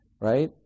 right